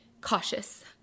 cautious